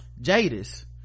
Jadis